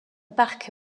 parc